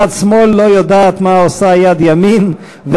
יד שמאל לא יודעת מה יד ימין עושה,